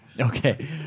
Okay